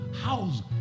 house